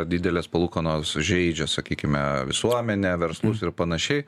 didelės palūkanos žeidžia sakykime visuomenę verslus ir panašiai